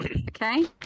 Okay